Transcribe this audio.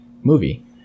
movie